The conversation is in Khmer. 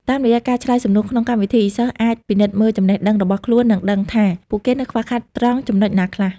តាមរយៈការឆ្លើយសំណួរក្នុងកម្មវិធី សិស្សអាចពិនិត្យមើលចំណេះដឹងរបស់ខ្លួន និងដឹងថាពួកគេនៅខ្វះខាតត្រង់ចំណុចណាខ្លះ។